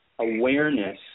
Awareness